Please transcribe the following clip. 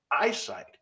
eyesight